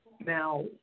Now